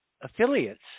affiliates